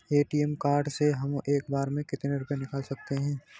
ATM card से हम एक बार में कितना रुपया निकाल सकते हैं?